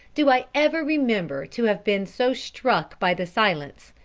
do i ever remember to have been so struck by the silence,